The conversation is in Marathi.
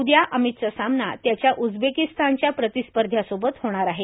उद्या अमितचा सामना त्याच्या उसबेकिस्तानच्या प्रतिस्पध्या सोबत होणार आहे